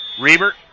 Reber